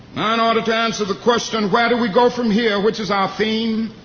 ah in order to answer the question, where do we go from here? which is our theme,